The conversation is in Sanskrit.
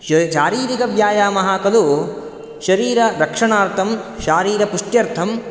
शारीरिकव्यायामः खलु शरीररक्षणार्थं शारीरपुष्ट्यर्थं